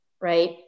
right